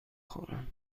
خورم